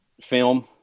film